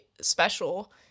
special